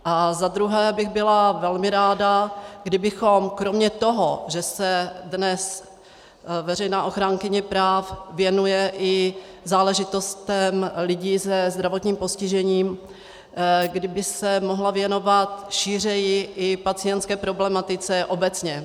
A za druhé bych byla velmi ráda, kdybychom kromě toho, že se dnes veřejná ochránkyně práv věnuje i záležitostem lidí se zdravotním postižením, kdyby se mohla věnovat šířeji i pacientské problematice obecně.